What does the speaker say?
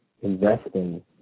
investing